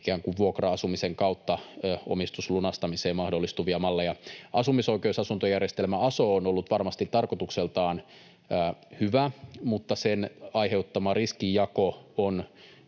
vuokra-asumisen kautta omistuslunastamisen mahdollistavia malleja. Asumisoikeusasuntojärjestelmä aso on ollut varmasti tarkoitukseltaan hyvä, mutta sen aiheuttama riskinjako on